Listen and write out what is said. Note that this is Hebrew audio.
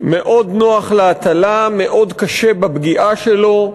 מאוד נוח להטלה, מאוד קשה בפגיעה שלו,